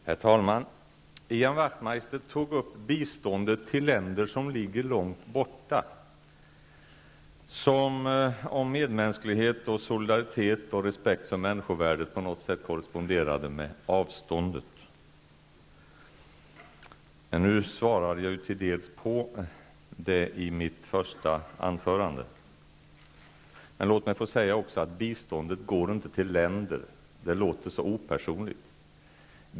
Herr talman! Ian Wachtmeister tog upp frågan om biståndet till länder som ligger långt borta, som om medmänsklighet, solidaritet och respekt för människovärdet på något sätt korresponderade med avståndet. Nu svarade jag delvis på detta i mitt första anförande. Låt mig också få säga att biståndet inte går till länder -- det låter så opersonligt.